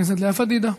חברת הכנסת לאה פדידה.